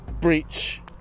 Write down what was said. breach